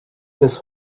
this